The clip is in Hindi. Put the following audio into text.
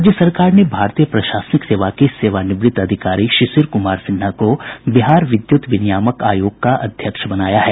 राज्य सरकार ने भारतीय प्रशासनिक सेवा के सेवानिवृत्त अधिकारी शिशिर कुमार सिन्हा को बिहार विद्युत विनियामक आयोग का अध्यक्ष बनाया है